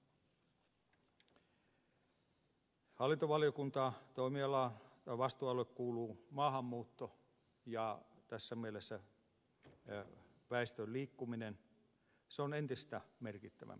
hallintovaliokunnan toimialaan ja vastuualueeseen kuuluu maahanmuutto ja tässä mielessä väestön liikkuminen on entistä merkittävämpi asia